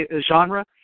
genre